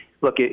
look